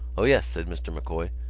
o yes, said mr. m'coy,